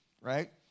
right